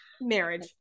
Marriage